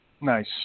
Nice